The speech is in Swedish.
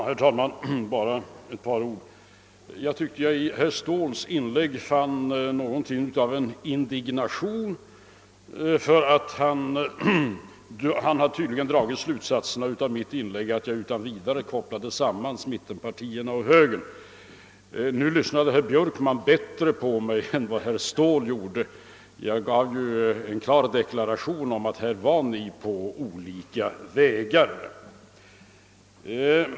Herr talman! Jag vill bara säga några få ord. I herr Ståhls inlägg tyckte jag mig finna en viss indignation, ty han drog tydligen den slutsatsen av mitt inlägg att jag utan vidare kopplat samman mittenpartierna och högern. Herr Björkman lyssnade bättre på mig än herr Ståhl, eftersom jag ju klart deklarerade att ni beträtt olika vägar.